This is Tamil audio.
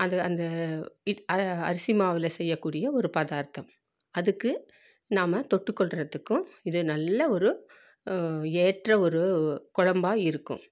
அதை அந்த இட் அ அரிசி மாவில் செய்யக்கூடிய ஒரு பதார்த்தம் அதுக்கு நாம் தொட்டு கொள்ளுறதுக்கும் இது நல்ல ஒரு ஏற்ற ஒரு கொழம்பா இருக்கும்